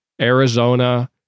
Arizona